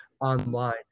online